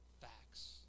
facts